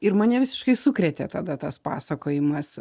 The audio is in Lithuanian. ir mane visiškai sukrėtė tada tas pasakojimas